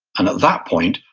and at that point,